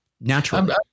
naturally